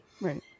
Right